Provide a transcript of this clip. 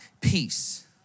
peace